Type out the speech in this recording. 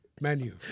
menu